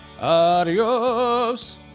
adios